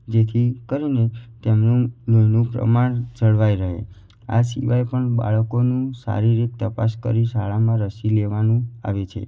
જેથી કરીને તેમનું લોહીનું પ્રમાણ જળવાઈ રહે આ સિવાય પણ બાળકોની શારીરિક તપાસ કરી શાળામાં રસી લેવાનું આવે છે